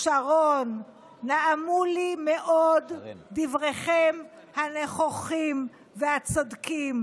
שרון, נעמו לי מאוד דבריכם הנכוחים והצודקים.